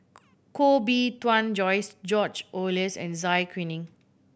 Koh Bee Tuan Joyce George Oehlers and Zai Kuning